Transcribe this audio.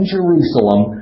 Jerusalem